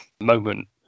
moment